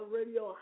Radio